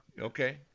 Okay